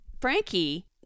Frankie